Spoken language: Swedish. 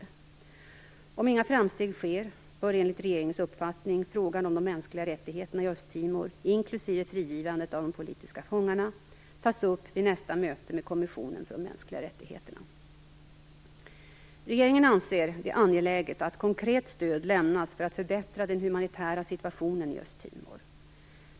Om inga framsteg sker bör enligt regeringens uppfattning frågan om de mänskliga rättigheterna i Östtimor, inklusive frigivandet av de politiska fångarna, tas upp vid nästa möte med kommissionen för de mänskliga rättigheterna. Regeringen anser det angeläget att konkret stöd lämnas för att förbättra den humanitära situationen i Östtimor.